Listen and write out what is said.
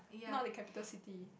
not the capital city